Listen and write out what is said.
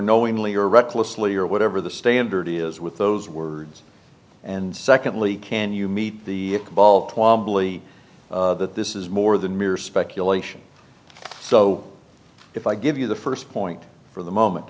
unknowingly or recklessly or whatever the standard is with those words and secondly can you meet the balt wobbly that this is more than mere speculation so if i give you the first point for the moment